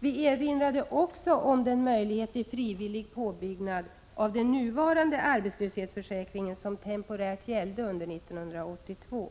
Vi erinrade också om den möjlighet till frivillig påbyggnad av den nuvarande arbetslöshetsförsäkringen som temporärt gällde under 1982.